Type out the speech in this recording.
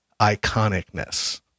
iconicness